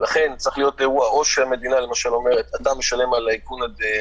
לכן צריך להיות אירוע שהמדינה למשל אומרת: אתה משלם על הצמיד,